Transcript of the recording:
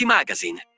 Magazine